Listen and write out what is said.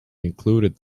included